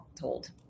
told